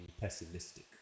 pessimistic